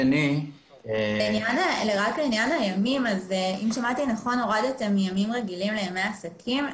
אם שמעתי נכון, הורדתם ימים רגילים לימי עסקים.